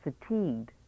fatigued